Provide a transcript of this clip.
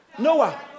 Noah